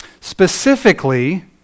Specifically